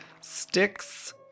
sticks